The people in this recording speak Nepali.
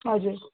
हजुर